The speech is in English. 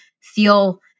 feel